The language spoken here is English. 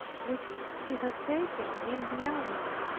which he had taken in the army.